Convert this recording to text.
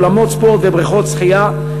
אולמות ספורט ובריכות שחייה.